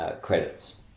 credits